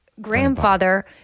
grandfather